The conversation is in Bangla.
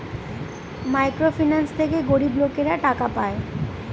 মাইক্রো ফিন্যান্স থেকে গরিব লোকেরা টাকা পায়